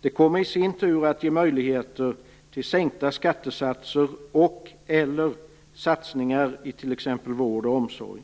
Det kommer i sin tur att ge möjligheter till sänkta skattesatser och/eller satsningar i t.ex. vård och omsorg.